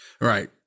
right